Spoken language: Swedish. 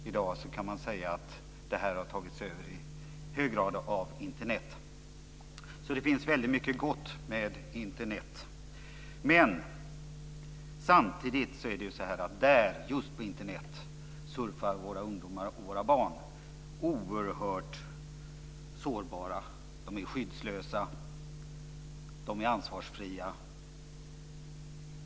I dag kan man säga att detta i hög grad har tagits över av Det finns alltså väldigt mycket gott att säga om Internet, men samtidigt är våra barn och ungdomar oerhört sårbara när de surfar på Internet. De är skyddslösa och ansvarsfria.